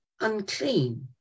unclean